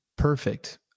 Perfect